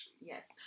Yes